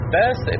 best